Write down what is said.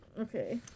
Okay